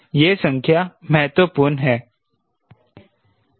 यह संख्या महत्वपूर्ण है